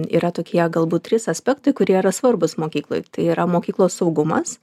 yra tokie galbūt trys aspektai kurie yra svarbūs mokykloj tai yra mokyklos saugumas